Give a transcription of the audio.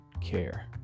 care